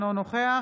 אינו נוכח